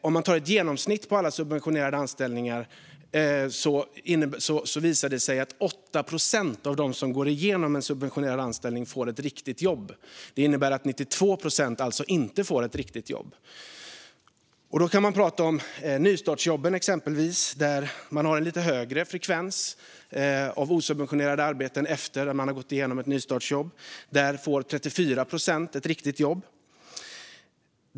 Om man tar ett genomsnitt på alla subventionerade anställningar visar det sig att 8 procent av dem som har haft en subventionerad anställning får ett riktigt jobb. Det innebär att 92 procent alltså inte får ett riktigt jobb. Då kan man prata exempelvis om nystartsjobben, där man har en lite högre frekvens av osubventionerade arbeten. 34 procent av dem som har haft ett nystartsjobb får ett riktigt jobb.